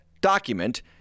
document